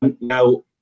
Now